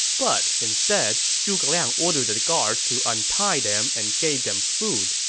but instead, zhuge liang ordered the guards to untie them and gave them food,